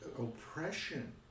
oppression